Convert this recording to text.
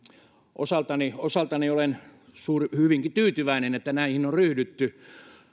osaltani osaltani olen hyvinkin tyytyväinen että näihin on ryhdytty